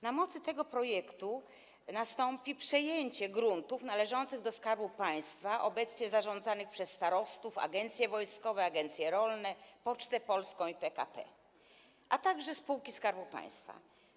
Na mocy tego projektu nastąpi przejęcie gruntów należących do Skarbu Państwa, obecnie zarządzanych przez starostów, agencje wojskowe, agencje rolne, Pocztę Polską, PKP, a także spółki Skarbu Państwa.